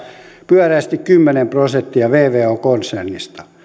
pyöreästi kymmenen prosenttia vvo konsernista